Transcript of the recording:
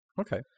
Okay